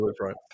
right